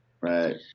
right